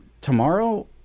tomorrow